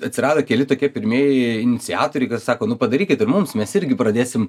atsirado keli tokie pirmieji iniciatoriai kas sako nu padarykit ir mums mes irgi pradėsim